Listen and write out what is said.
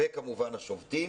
וכמובן השובתים